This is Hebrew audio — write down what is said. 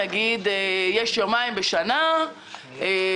נגיד שמדובר רק ביומיים בשנה ואי-אפשר